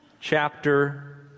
chapter